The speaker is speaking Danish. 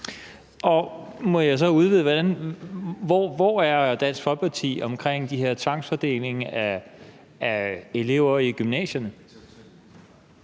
Hvor er Dansk Folkeparti i forhold til den her tvangsfordeling af elever i gymnasierne?